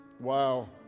Wow